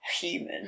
human